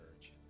church